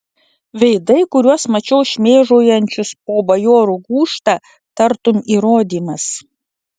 veidai kuriuos mačiau šmėžuojančius po bajorų gūžtą tartum įrodymas